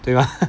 对吗